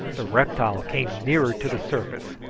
the reptile came nearer to the surface,